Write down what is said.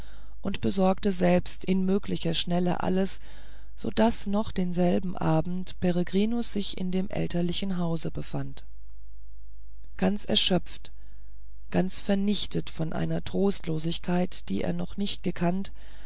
und besorgte selbst in möglicher schnelle alles so daß noch denselben abend peregrinus sich in dem elterlichen hause befand ganz erschöpft ganz vernichtet von einer trostlosigkeit die er noch nicht gekannt